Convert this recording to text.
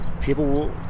people